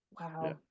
wow